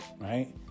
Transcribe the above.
Right